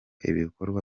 ibikorwa